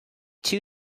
two